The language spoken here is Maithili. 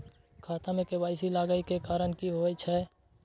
खाता मे के.वाई.सी लागै के कारण की होय छै?